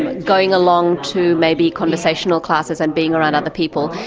and going along to maybe conversational classes and being around other people,